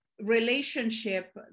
relationship